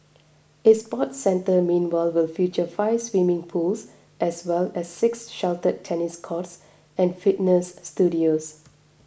a sports centre meanwhile will feature five swimming pools as well as six sheltered tennis courts and fitness studios